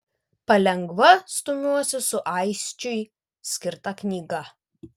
palengva stumiuosi su aisčiui skirta knyga